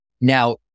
now